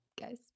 guys